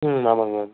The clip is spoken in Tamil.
ம் ஆமாம்ங்க மேம்